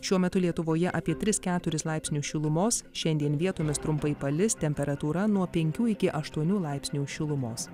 šiuo metu lietuvoje apie tris keturis laipsnius šilumos šiandien vietomis trumpai palis temperatūra nuo penkių iki aštuonių laipsnių šilumos